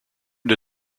the